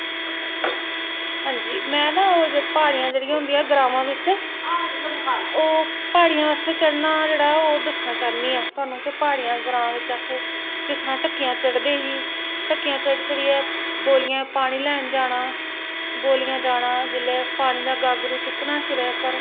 हां जी में ना ओह् प्हाड़ियां जेह्ड़ियां होंदियां ग्रांवां बिच ओह् प्हाड़ियें बास्तै चढ़ना जेह्ड़ा ऐ ओह् दस्सना चाह्न्नी आं थाह्नूं कि प्हाड़ियां ग्रांऽ बिच अस किस तरहां ढ'क्कियां चढ़दे ही ढ'क्कियां चढ़ी चढ़ियै ऐ बोलिये पानी लेन जाना बोलिये जाना जेल्लै पानी दा गागरू चुक्कना सिरै उप्पर